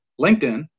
LinkedIn